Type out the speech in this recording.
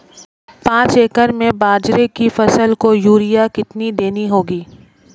पांच एकड़ में बाजरे की फसल को यूरिया कितनी देनी होगी?